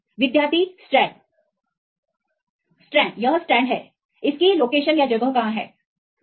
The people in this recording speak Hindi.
विद्यार्थी स्टेरंड स्टेरंड यह है स्टेरंड इसकी जगह कहां है